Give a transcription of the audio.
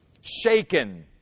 shaken